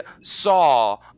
saw